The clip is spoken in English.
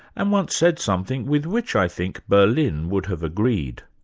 and once said something with which, i think, berlin would have agreed